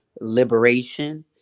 liberation